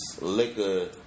liquor